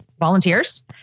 volunteers